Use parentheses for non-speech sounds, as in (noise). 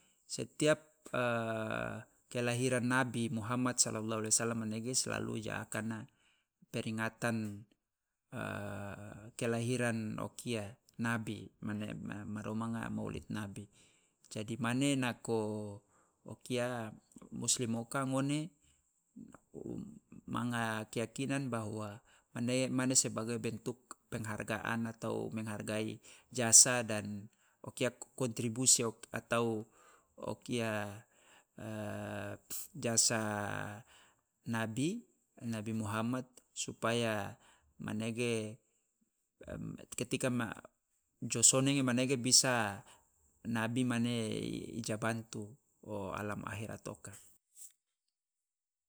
Setiap (hesitation) kelahiran nabi muhammad shalallahu allaihi wasallam manege selalu ja akana peringatan (hesitation) kelahiran o kia nabi mane ma- ma romanga maulid nabi. Jadi mane nako o kia muslim oka ngone manga keyakinan bahwa mane mane sebagai bentuk penghargaan atau menghargai jasa dan o kia kontribusi o- atau o kia (hesitation) jasa nabi, nabi muhammad supaya manege (unintelligible) ketika ma jo sonenge manege bisa nabi mane i ja bantu o alam akhirat oka.